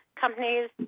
companies